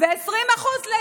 20% מוקצים לו ו-80% ליתר.